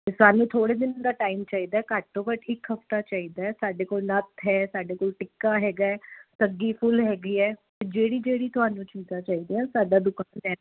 ਅਤੇ ਸਾਨੂੰ ਥੋੜ੍ਹੇ ਦਿਨ ਦਾ ਟਾਈਮ ਚਾਹੀਦਾ ਘੱਟ ਤੋਂ ਘੱਟ ਇਕ ਹਫ਼ਤਾ ਚਾਹੀਦਾ ਸਾਡੇ ਕੋਲ ਨੱਥ ਹੈ ਸਾਡੇ ਕੋਲ ਟਿੱਕਾ ਹੈਗਾ ਸੱਗੀ ਫੁੱਲ ਹੈਗੀ ਹੈ ਜਿਹੜੀ ਜਿਹੜੀ ਤੁਹਾਨੂੰ ਚੀਜ਼ਾਂ ਚਾਹੀਦੀਆਂ ਸਾਡਾ ਦੁਕਾਨ